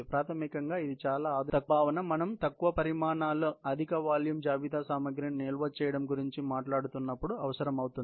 ప్రాథమికంగా ఇది చాలా ఆధునిక భావన మనం తక్కువ పరిమాణాల అధిక వాల్యూమ్ జాబితా సామగ్రిని నిల్వ చేయడం గురించి మాట్లాడుతున్నప్పుడు అవసరమవుతుంది